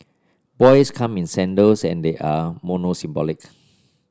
boys come in sandals and they are monosyllabic